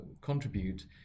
contribute